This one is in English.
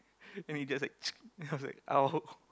and it just like and I was like !ow!